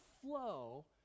flow